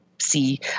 see